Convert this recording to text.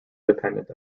dependent